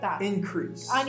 increase